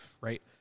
right